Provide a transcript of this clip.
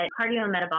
cardiometabolic